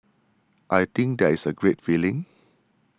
I think that is a great feeling